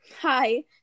Hi